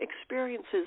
experiences